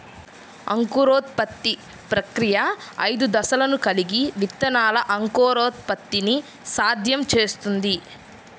అంకురోత్పత్తి ప్రక్రియ ఐదు దశలను కలిగి విత్తనాల అంకురోత్పత్తిని సాధ్యం చేస్తుంది